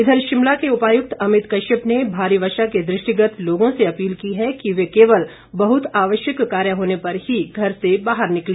इधर शिमला के उपायुक्त अमित कश्यप ने भारी वर्षा के दृष्टिगत लोगों से अपील की है कि वे केवल बहुत आवश्यक कार्य होने पर ही घर से बाहर निकले